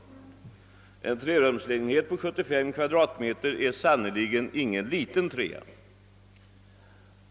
En trerumslägenhet på 75 kvadratmeter är sanneligen ingen liten trea.